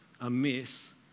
amiss